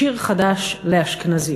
"שיר חדש" לאשכנזיות.